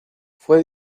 fue